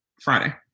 Friday